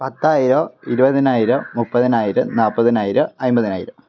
പത്തായിരം ഇരുപതിനായിരം മുപ്പതിനായിരം നാല്പതിനായിരം അയിമ്പതിനായിരം